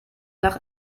nach